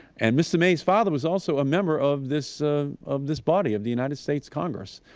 and mr. may's father was also a member of this ah of this body, of the united states congress.